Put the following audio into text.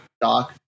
Doc